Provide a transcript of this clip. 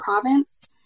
province